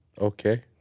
okay